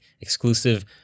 exclusive